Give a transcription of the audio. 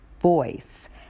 voice